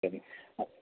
ശരി ആ